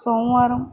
సోమవారం